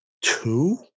Two